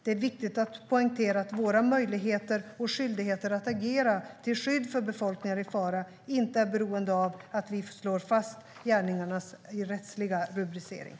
Det är viktigt att poängtera att våra möjligheter och skyldigheter att agera till skydd för befolkningar i fara inte är beroende av att vi slår fast gärningarnas rättsliga rubricering.